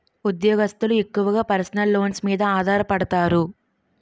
ఉద్యోగస్తులు ఎక్కువగా personal loans మీద ఆధారపడతారు